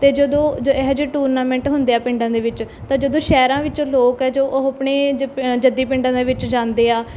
ਅਤੇ ਜਦੋਂ ਜ ਇਹੋ ਜਿਹੇ ਟੂਰਨਾਮੈਂਟ ਹੁੰਦੇ ਆ ਪਿੰਡਾਂ ਦੇ ਵਿੱਚ ਤਾਂ ਜਦੋਂ ਸ਼ਹਿਰਾਂ ਵਿੱਚੋਂ ਲੋਕ ਹੈ ਜੋ ਉਹ ਆਪਣੇ ਜ ਪ ਜੱਦੀ ਪਿੰਡਾਂ ਦੇ ਵਿੱਚ ਜਾਂਦੇ ਆ